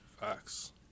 facts